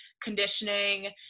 conditioning